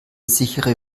sichere